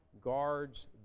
guards